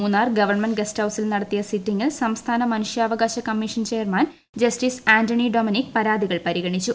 Munnar government ഗ്സ്റ്ഹൌസിൽ നടത്തിയ സിറ്റിംഗിൽ സംസ്ഥാന മനുഷ്യാവകാശ commission chairman justice Antony Dominic പരാതികൾ പരിഗണിച്ചു